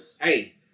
hey